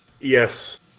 Yes